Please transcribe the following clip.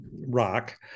rock